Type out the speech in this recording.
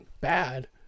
bad